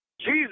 Jesus